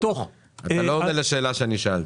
אתה לא עונה על השאלה ששאלתי.